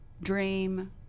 dream